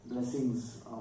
Blessings